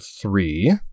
three